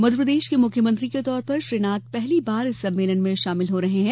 मध्य प्रदेश के मुख्यमंत्री के तौर पर श्री नाथ पहली बार इस सम्मेलन में शामिल हो रहे हैं